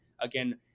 again